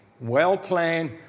well-planned